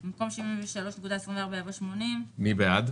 במקום 78.79 יבוא 90. מי בעד?